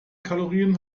kalorien